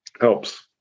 Helps